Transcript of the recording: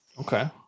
okay